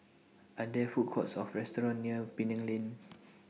Are There Food Courts Or restaurants near Penang Lane